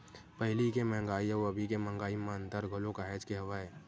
पहिली के मंहगाई अउ अभी के मंहगाई म अंतर घलो काहेच के हवय